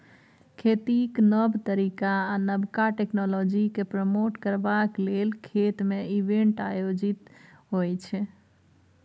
खेतीक नब तरीका आ नबका टेक्नोलॉजीकेँ प्रमोट करबाक लेल खेत मे इवेंट आयोजित होइ छै